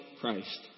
Christ